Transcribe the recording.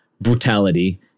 brutality